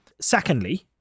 secondly